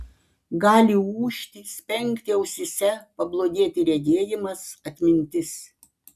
gali ūžti spengti ausyse pablogėti regėjimas atmintis